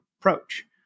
approach